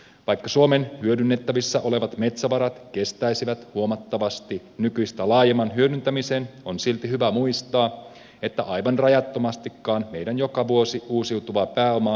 vaikka suomen hyödynnettävissä olevat metsävarat kestäisivät huomattavasti nykyistä laajemman hyödyntämisen on silti hyvä muistaa että aivan rajattomastikaan meidän joka vuosi uusiutuvaa pääomaa ei saa verottaa